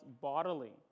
bodily